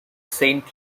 saint